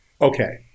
Okay